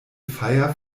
feier